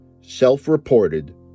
self-reported